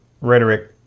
rhetoric